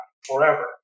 forever